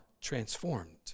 transformed